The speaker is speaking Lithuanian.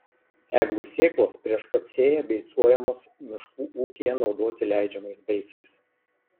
eglių sėklos prieš pat sėją beicuojamos miškų ūkyje naudoti leidžiamais beicais